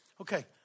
okay